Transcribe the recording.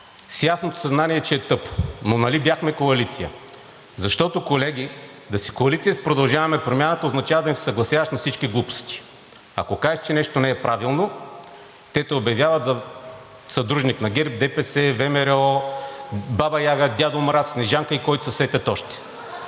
с ясното съзнание, че е тъпо, но нали бяхме коалиция. Защото, колеги, да си коалиция с „Продължаваме Промяната“ означава да им се съгласяваш на всички глупости. А ако кажеш, че нещо не е правилно, те те обявяват за съдружник на ГЕРБ, ДПС, ВМРО, баба Яга, дядо Мраз, Снежанка и който се сетят още.